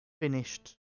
finished